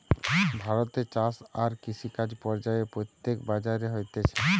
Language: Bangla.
ভারতে চাষ আর কৃষিকাজ পর্যায়ে প্রত্যেক রাজ্যে হতিছে